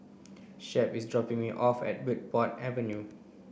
Shep is dropping me off at Bridport Avenue